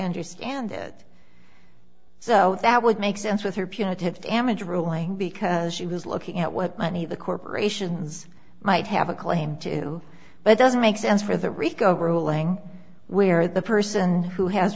understand it so that would make sense with her punitive damages ruling because she was looking at what many of the corporations might have a claim to but doesn't make sense for the rico ruling where the person who has